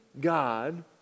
God